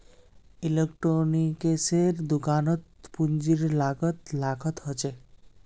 इलेक्ट्रॉनिक्सेर दुकानत पूंजीर लागत लाखत ह छेक